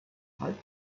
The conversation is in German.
halb